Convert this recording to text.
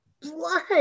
blood